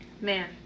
man